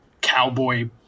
cowboy